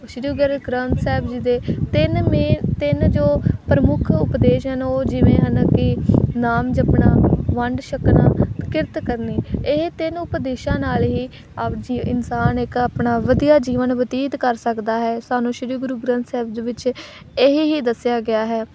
ਸ੍ਰੀ ਗੁਰੂ ਗ੍ਰੰਥ ਸਾਹਿਬ ਜੀ ਦੇ ਤਿੰਨ ਮੇ ਤਿੰਨ ਜੋ ਪ੍ਰਮੁੱਖ ਉਪਦੇਸ਼ ਹਨ ਉਹ ਜਿਵੇਂ ਹਨ ਕਿ ਨਾਮ ਜਪਣਾ ਵੰਡ ਛਕਣਾ ਕਿਰਤ ਕਰਨੀ ਇਹ ਤਿੰਨ ਉਪਦੇਸ਼ਾਂ ਨਾਲ ਹੀ ਆਪ ਜੀ ਇਨਸਾਨ ਇੱਕ ਆਪਣਾ ਵਧੀਆ ਜੀਵਨ ਬਤੀਤ ਕਰ ਸਕਦਾ ਹੈ ਸਾਨੂੰ ਸ਼੍ਰੀ ਗੁਰੂ ਗ੍ਰੰਥ ਸਾਹਿਬ ਜੀ ਵਿੱਚ ਇਹ ਹੀ ਦੱਸਿਆ ਗਿਆ ਹੈ